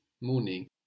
morning